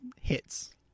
hits